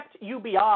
UBI